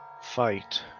fight